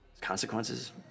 Consequences